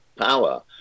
power